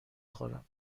خورم